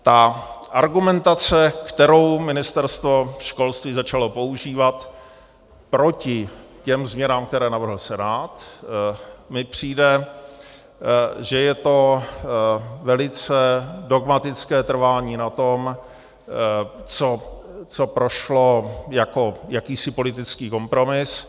Ta argumentace, kterou Ministerstvo školství začalo používat proti změnám, které navrhuje Senát, mi přijde, že je to velice dogmatické trvání na tom, co prošlo jako jakýsi politický kompromis.